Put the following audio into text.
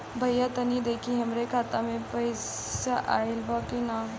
भईया तनि देखती हमरे खाता मे पैसा आईल बा की ना?